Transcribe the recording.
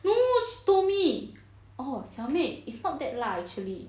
no she told orh 小妹 is not that 辣 actually